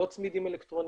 לא צמידים אלקטרוניים,